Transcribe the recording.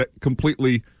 completely